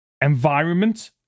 environment